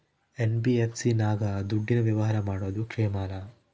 NBFC ನಾಗ ದುಡ್ಡಿನ ವ್ಯವಹಾರ ಮಾಡೋದು ಕ್ಷೇಮಾನ?